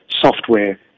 software